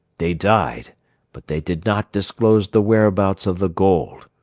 they died but they did not disclose the whereabouts of the gold.